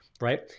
right